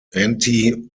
anti